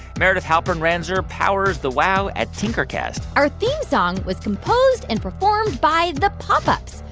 meredith halpern-ranzer powers the wow at tinkercast our theme song was composed and performed by the pop ups.